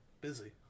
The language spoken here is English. busy